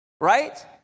Right